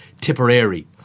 Tipperary